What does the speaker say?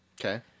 Okay